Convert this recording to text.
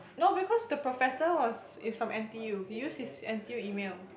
no because the professor was is from n_t_u he use his n_t_u email